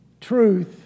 truth